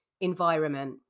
environment